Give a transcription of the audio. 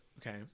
Okay